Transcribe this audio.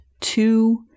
two